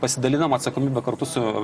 pasidalinam atsakomybe kartu su